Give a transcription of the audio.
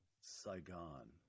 Saigon